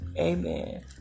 amen